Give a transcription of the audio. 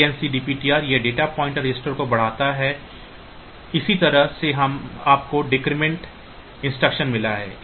INC DPTR यह data pointer को बढ़ाता है इसी तरह से आपको डिक्रीमेंट इंस्ट्रक्शन मिला है